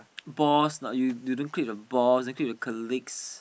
boss not you you don't click with the boss then click with the colleagues